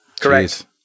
Correct